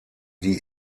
die